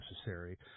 necessary